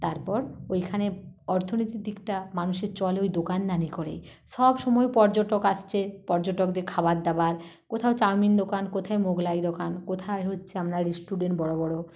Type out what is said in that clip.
তারপর ওইখানে অর্থনীতির দিকটা মানুষের চলে ওই দোকানদারি করেই সবসময় পর্যটক আসছে পর্যটকদের খাবার দাবার কোথাও চাউমিন দোকান কোথাও মোগলাই দোকান কোথায় হচ্ছে আপনার রেস্টুরেন্ট বড়ো বড়ো